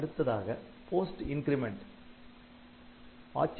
அடுத்ததாக post increment '